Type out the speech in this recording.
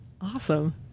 awesome